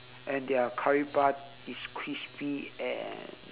and their curry puff is crispy and